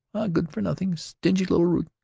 good-for-nothing, stringy little root.